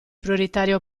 prioritario